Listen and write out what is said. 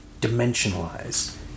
dimensionalize